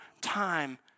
time